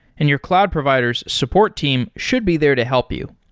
and your cloud provider s support team should be there to help you.